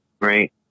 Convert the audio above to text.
right